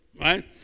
right